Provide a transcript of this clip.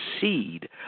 seed